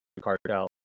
cartel